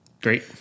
Great